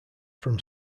from